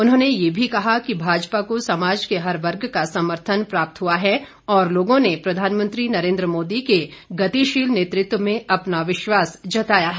उन्होंने ये भी कहा कि भाजपा को समाज के हर वर्ग का समर्थन प्राप्त हुआ है और लोगों ने प्रधानमंत्री नरेंद्र मोदी के गतिशील नेतृत्व में अपना विश्वास जताया है